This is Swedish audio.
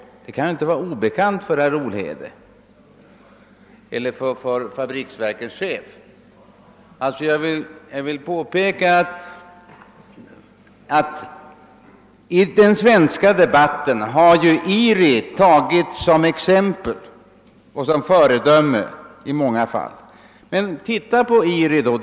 Det kan inte ha varit obekant för herr Olhede eller för försvarets fabriksverk att ett sådant arbete pågick. I debatten om statliga företag har den italienska koncernen IRI i många fall framhållits som ett föredöme.